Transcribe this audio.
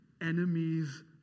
enemies